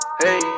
hey